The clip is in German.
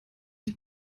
ich